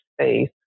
space